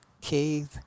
cave